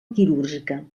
quirúrgica